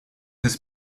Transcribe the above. his